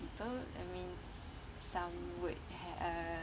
people I mean some would uh